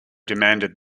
demanded